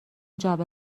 جعبه